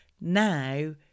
Now